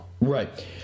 Right